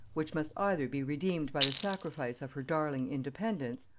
which must either be redeemed by the sacrifice of her darling independence,